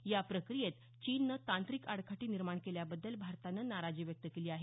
या प्रक्रियेत चीननं तांत्रिक आडकाठी निर्माण केल्याबद्दल भारतानं नाराजी व्यक्त केली आहे